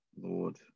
Lord